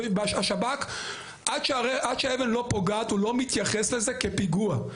השב"כ עד שאבן לא פוגעת הוא לא מתייחס לזה כפיגוע,